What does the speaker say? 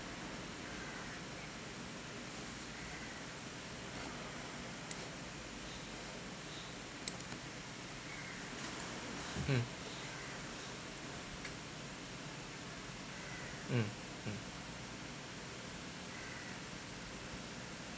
mm mm mm